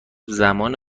زمان